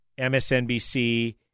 MSNBC